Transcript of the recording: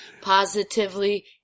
positively